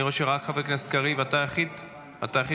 אני רואה, חבר הכנסת קריב, אתה היחיד שנמצא?